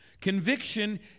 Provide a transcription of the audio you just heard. conviction